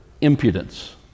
impudence